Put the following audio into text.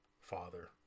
father